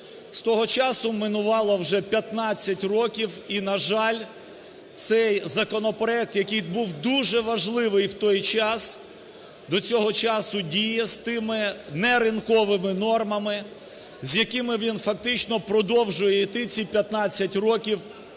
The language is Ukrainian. З того часу минуло вже 15 років, і, на жаль, цей законопроект, який був дуже важливий в той час, до цього часу діє з тими неринковими нормами, з якими він фактично продовжує йти ці 15 років